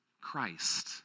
Christ